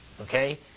okay